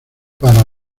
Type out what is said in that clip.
para